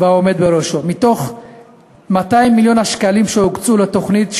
מתוך 200 מיליון השקלים שהוקצו לתוכנית,